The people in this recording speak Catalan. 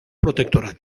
protectorat